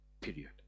Period